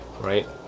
right